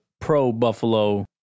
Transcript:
pro-Buffalo